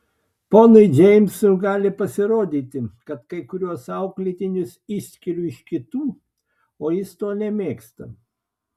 ponui džeimsui gali pasirodyti kad kai kuriuos auklėtinius išskiriu iš kitų o jis to nemėgsta